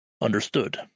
Understood